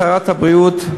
שרת הבריאות,